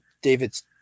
David's